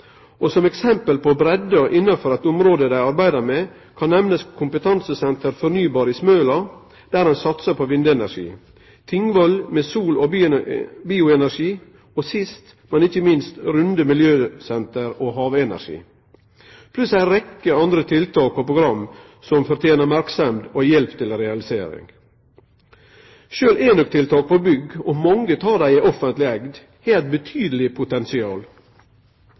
og som eksempel på breidda innanfor eit område dei arbeider med, kan nemnast kompetansesenteret for fornybar energi i Smøla, der ein satsar på vindenergi, Tingvoll med sol- og bioenergi, og sist, men ikkje minst Runde Miljøsenter for havenergi – pluss ei rekkje andre tiltak og program som fortener merksemd og hjelp til realisering. Sjølv enøktiltak på bygg, og mange av dei er offentleg eigde, har eit betydeleg potensial.